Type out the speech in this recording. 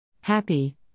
Happy